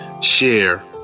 share